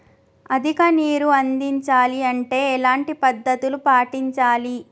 అధిక నీరు అందించాలి అంటే ఎలాంటి పద్ధతులు పాటించాలి?